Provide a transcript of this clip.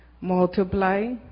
multiply